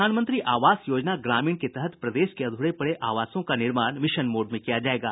प्रधानमंत्री आवास योजना ग्रामीण के तहत प्रदेश के अध्रे पड़े आवासों का निर्माण मिशन मोड में किया जायेगा